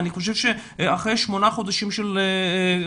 אני חושב שאחרי שמונה חודשים של משבר